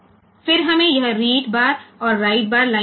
પછી આપણને આ રીડ બાર અને રાઈટ બાર લાઈનો મળી છે